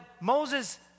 Moses